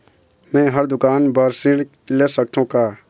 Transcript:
मैं हर दुकान बर ऋण ले सकथों का?